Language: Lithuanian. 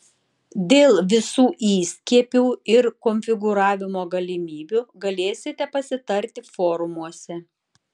dėl visų įskiepių ir konfigūravimo galimybių galėsite pasitarti forumuose